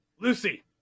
Lucy